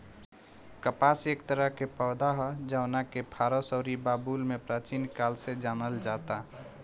कपास एक तरह के पौधा ह जवना के फारस अउरी बाबुल में प्राचीन काल से जानल जाता